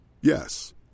Yes